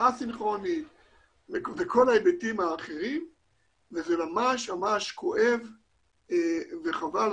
זה ממש כואב וחבל.